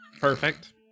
Perfect